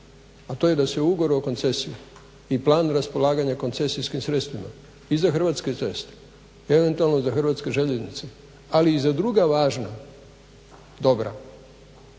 a to je da se ugovor o koncesijama i plan raspolaganja koncesijskim sredstvima i za hrvatske ceste, eventualno za hrvatske željeznice, ali i za druga važna dobra